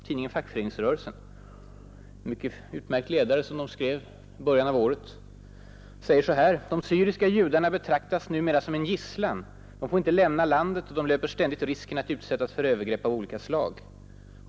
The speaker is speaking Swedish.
Tidningen ”Fackföreningsrörelsen” skrev en utmärkt ledare i början av året och säger så här: ”De syriska judarna betraktas numera som en gisslan, de får inte lämna landet och de löper ständigt risken för att utsättas för övergrepp av olika slag.